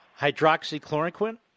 hydroxychloroquine